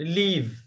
leave